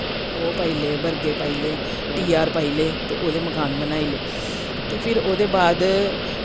ओह् पाई ले बर्गे पाई ले टी आर पाई ले ते ओह्दे मकान बनाई ले ते फिर ओह्दे बाद